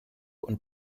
und